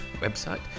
website